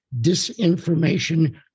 Disinformation